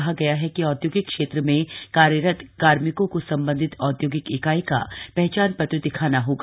आदेश में कहा गया है कि औद्योगिक क्षेत्र में कार्यरत कार्मिकों को संबंधित औद्योगिक इकाई का पहचान पत्र दिखाना होगा